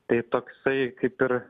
tai toksai kaip ir